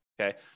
Okay